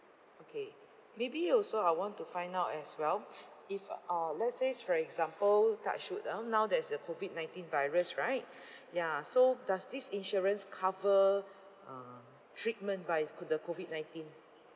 okay maybe also I want to find out as well if uh let's says for example touch wood ah now there's the COVID nineteen virus right ya so does this insurance cover uh treatment by CO~ the COVID nineteen